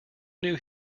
knew